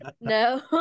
No